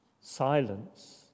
Silence